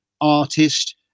artist